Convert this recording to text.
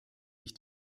sich